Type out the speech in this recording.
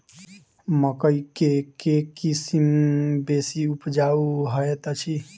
मकई केँ के किसिम बेसी उपजाउ हएत अछि?